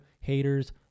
Haters